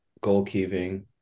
goalkeeping